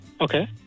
Okay